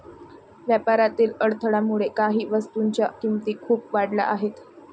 व्यापारातील अडथळ्यामुळे काही वस्तूंच्या किमती खूप वाढल्या आहेत